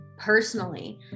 personally